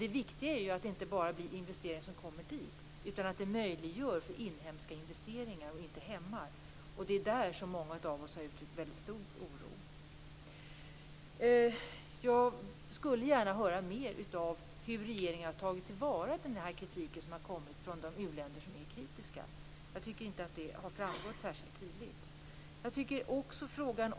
Det viktiga är att de investeringar som kommer utifrån möjliggör inhemska investeringar och inte hämmar sådana. Det är där som många av oss har uttryckt väldigt stor oro. Jag skulle gärna höra mer om hur regeringen har tagit till vara den kritik som har kommit från de uländer som är kritiska. Jag tycker inte att det har framgått särskilt tydligt.